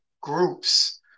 groups